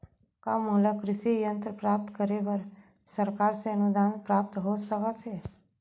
का मोला कृषि यंत्र प्राप्त करे बर सरकार से अनुदान प्राप्त हो सकत हे?